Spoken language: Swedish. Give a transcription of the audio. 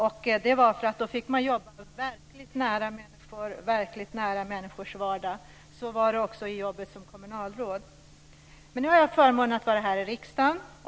Då fick jag jobba verkligt nära människor och människors vardag. Så var det också i jobbet som kommunalråd. Men nu har jag förmånen att vara här i riksdagen.